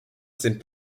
sind